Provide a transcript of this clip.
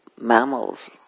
mammals